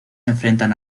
enfrentan